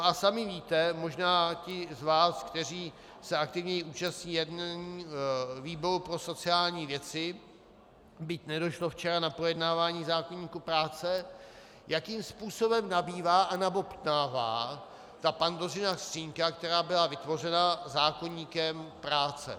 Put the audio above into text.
A sami víte, možná ti z vás, kteří se aktivněji účastní jednání výboru pro sociální věci, byť nedošlo včera na projednávání zákoníku práce, jakým způsobem nabývá a nabobtnává ta Pandořina skřínka, která byla vytvořena zákoníkem práce.